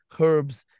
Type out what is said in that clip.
herbs